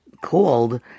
called